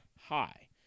high